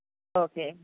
okay